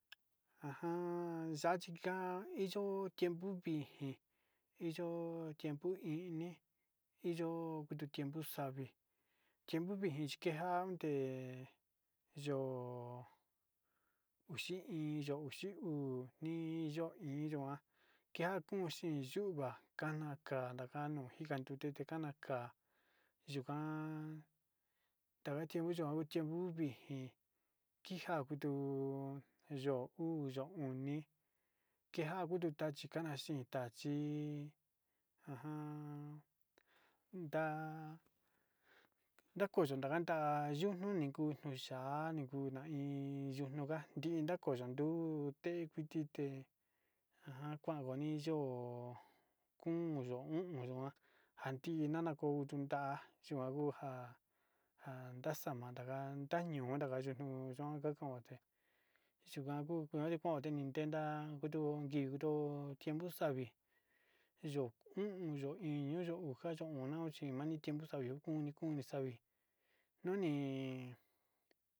Ajan yachikan iin yo'o tiempo vixi, iin yo'o tiempo ini iin yo'ó tiempo savi tiempo vixi kenjante yo'o uxi iin uxi uu ni yo'o iin yoan keo otixi yuva'a kana kan kayoyika tute te kanda, yuan yuka tiempo yuka tiempo uviji kita uju yo'o uu yo'o oni kenja tuu kuju tachiana xhita chi ajan nda'a ndakoyo ndaknta yuu uni yuku xha'a yuku nda'a ininga nakuu ne kuiti nde akonkoni yo'o kon oon onyua njandi nakondunda chikua ujua njan ndaxama ndaga nda ñón ndakanayu yuu nui yuka kuj yukunukote tenga koto yuu ko'o tiempo savi yo'o o'on yo'o iño yo'o njani ño'o xo un tiempo savi nde oni savi noni.